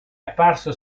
apparso